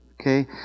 Okay